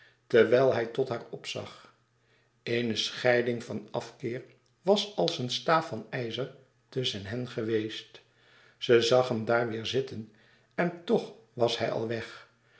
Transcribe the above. terwijl hij tot haar opzag eene scheiding van afkeer was als een staaf van ijzer tusschen hen geweest ze zag hem daar weêr zitten en toch was hij al weg